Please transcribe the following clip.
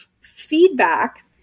feedback